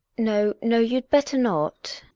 no, no, you'd better not.